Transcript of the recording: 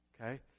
Okay